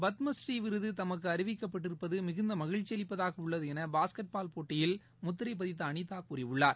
பத்மஸ்ரீ விருதுதமக்குஅறிவிக்கப்பட்டிருப்பதுமிகுந்தமகிழ்ச்சிஅளிப்பதாகஉள்ளதுஎன பாஸ்கெட்பால் போட்டியில் முத்திரைப்பதித்தஅனிதாகூறியுள்ளார்